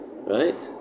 right